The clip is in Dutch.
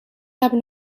hebben